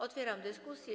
Otwieram dyskusję.